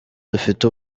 dufite